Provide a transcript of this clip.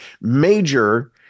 major